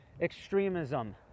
extremism